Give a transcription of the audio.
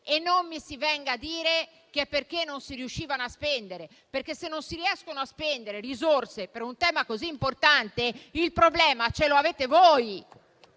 E non mi si venga a dire che è perché non si riuscivano a spendere queste risorse, perché, se non si riesce a spendere su un tema così importante, il problema lo avete voi